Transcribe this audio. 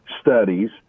studies